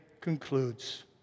concludes